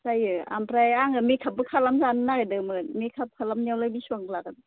जायो आमफ्राय आङो मेक आपबो खालामजानो नागिरदोंमोन मेक आप खालामनायावलाय बेसेबां लागोन